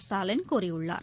ஸ்டாலின் கூறியுள்ளார்